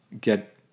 get